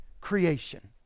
Creation